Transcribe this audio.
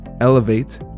Elevate